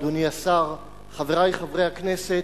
תודה, אדוני השר, חברי חברי הכנסת,